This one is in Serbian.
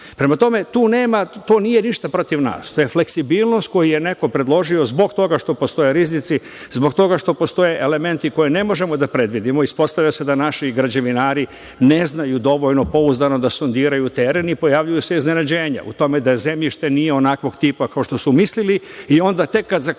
tome, to nije ništa protiv nas, to je fleksibilnost koju je neko predložio zbog toga što postoje rizici, zbog toga što postoje elementi koje ne možemo da predvidimo. Ispostavlja se da naši građevinari ne znaju dovoljno pouzdano da sondiraju teren i pojavljuju se iznenađenja, u tome da zemljište nije onakvog tipa kao što su mislili, i onda tek kad zakopaju